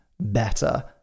better